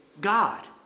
God